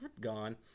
gone